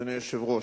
אדוני היושב-ראש,